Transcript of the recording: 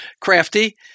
crafty